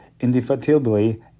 indefatigably